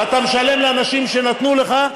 ואתה משלם לאנשים שנתנו לך,